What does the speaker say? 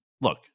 look